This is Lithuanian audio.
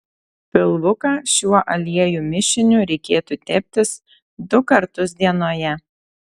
pilvuką šiuo aliejų mišiniu reikėtų teptis du kartus dienoje